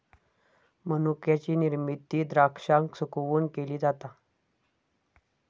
मनुक्याची निर्मिती द्राक्षांका सुकवून केली जाता